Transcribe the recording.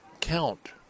count